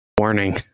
Warning